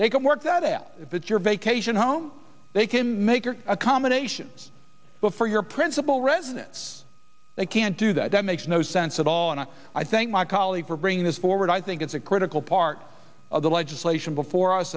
they can work that out that your vacation home they can make or a combination for your principal residence they can't do that that makes no sense at all and i thank my colleagues for bring this forward i think it's a critical part of the legislation before us